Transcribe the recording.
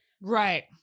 right